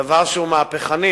דבר שהוא מהפכני,